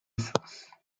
essence